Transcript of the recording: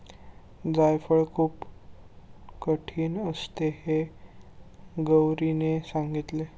जायफळ खूप कठीण असते हे गौरीने सांगितले